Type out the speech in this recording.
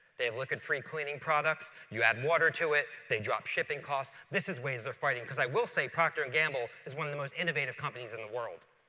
they have liquid-free cleaning products. you add water to it. they drop shipping costs. this is ways they're fighting because i will say procter and gamble is one of the most innovative companies in the world.